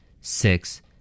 six